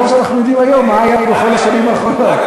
כמו שאנחנו יודעים היום מה היה בכל השנים האחרונות.